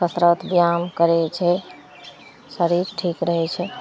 कसरत व्यायाम करै छै शरीर ठीक रहै छै